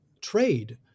trade